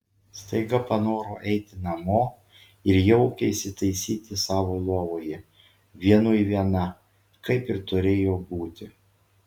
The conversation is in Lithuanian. staiga panorau eiti namo ir jaukiai įsitaisyti savo lovoje vienui viena kaip ir turėjo būti